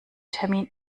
termin